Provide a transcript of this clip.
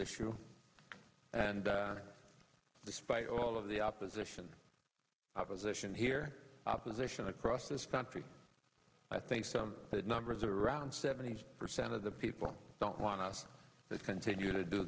issue and despite all of the opposition opposition here opposition across this country i think that number is around seventy percent of the people don't want to continue to do